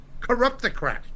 corruptocrat